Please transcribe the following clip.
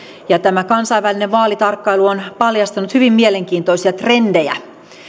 ja tämä kansainvälinen vaalitarkkailu on paljastanut hyvin mielenkiintoisia trendejä